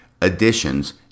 additions